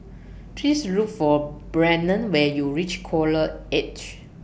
Please Look For Brennan when YOU REACH Coral Edge